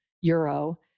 euro